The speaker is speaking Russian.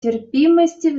терпимости